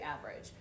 average